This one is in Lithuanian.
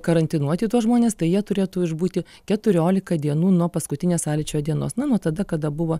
karantinuoti tuos žmones tai jie turėtų išbūti keturiolika dienų nuo paskutinės sąlyčio dienos na nuo tada kada buvo